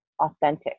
authentic